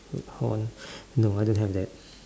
with horns no I don't have that